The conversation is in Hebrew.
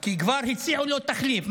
כי כבר הציעו לו תחליף.